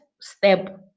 step